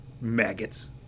maggots